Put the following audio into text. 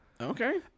Okay